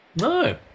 No